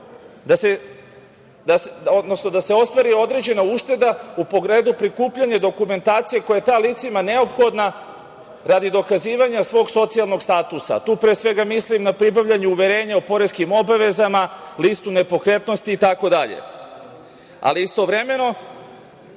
da se ostvari određena ušteda u pogledu prikupljanja dokumentacija koja je licima neophodna radi dokazivanja svog socijalnog statusa. Tu pre svega mislim na pribavljanje uverenja o poreskim obavezama, listu nepokretnosti itd, ali istovremeno